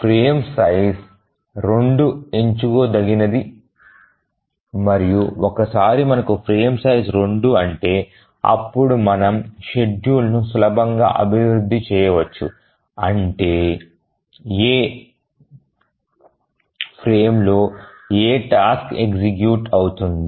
frame size 2 ఎంచుకోదగినది మరియు ఒకసారి మనకు ఫ్రేమ్ సైజు 2 ఉంటే అప్పుడు మనం షెడ్యూల్ను సులభంగా అభివృద్ధి చేయవచ్చు అంటే ఏ ఫ్రేమ్లో ఏ టాస్క్ ఎగ్జిక్యూట్ అవుతుంది